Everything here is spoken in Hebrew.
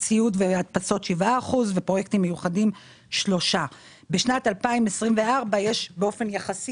ציוד והדפסות 7% ופרויקטים מיוחדים 3%. בשנת 2024 יש באופן יחסי